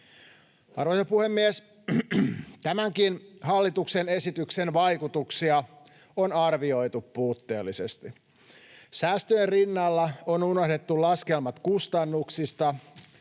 Arvoisa puhemies! Tämänkin hallituksen esityksen vaikutuksia on arvioitu puutteellisesti. Säästöjen rinnalla on unohdettu laskelmat kustannuksista,